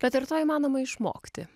bet ar to įmanoma išmokti